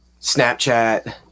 snapchat